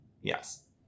Yes